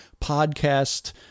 podcast